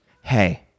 hey